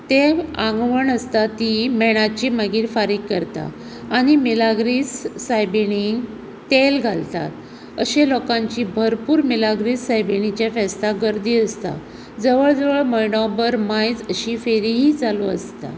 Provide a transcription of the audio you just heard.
तें आंगवण आसतां ती मेणांची मागीर फारीक करतात आनी मिलाग्रिस सायबीणिक तेल घालतात अशीं लोकांची भरपुर मिलाग्रेस्त सायबीणिच्या फेस्ताक गर्दी आसतां जवळ जवळ म्हयनो भर मायज अशीं फेरी ही चालू आसता